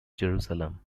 jerusalem